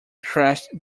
crashed